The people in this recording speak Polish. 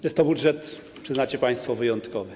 Jest to budżet, przyznacie państwo, wyjątkowy.